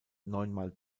neunmal